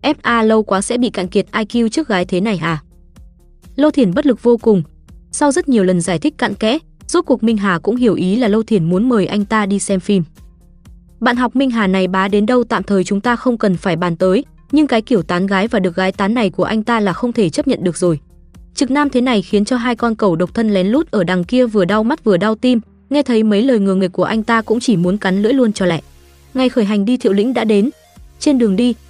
"F.A. lâu quá sẽ bị cạn kiệt IQ trước gái thế này hả?" Lô Thiển bất lực vô cùng. Sau rất nhiều lần giải thích cặn kẽ, rốt cuộc Minh Hà cũng hiểu ý là Lô Thiển muốn mời anh ta đi xem phim. "Bạn học Minh Hà này bá đến đâu tạm thời chúng ta không cần phải bàn tới, nhưng cái kiểu tán gái và được gái tán này của anh ta là không thể chấp nhận được rồi." Trực nam thế này khiến cho hai con cầu độc thân lén lút ở đằng kia vừa đau mắt vừa đau tim, nghe thấy mấy lời ngờ nghịch của anh ta cũng chỉ muốn cắn lưỡi luôn cho lẹ. Ngay khởi hành đi Thiệu Lĩnh đã đến. Trên đường đi,